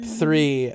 three